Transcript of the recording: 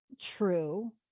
True